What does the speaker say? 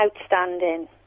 outstanding